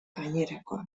gainerakoak